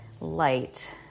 light